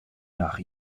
nach